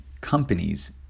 companies